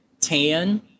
tan